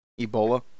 Ebola